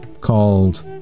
called